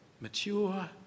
mature